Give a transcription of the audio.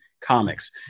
comics